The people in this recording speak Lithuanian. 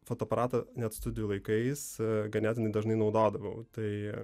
fotoaparatą net studijų laikais ganėtinai dažnai naudodavau tai